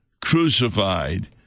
crucified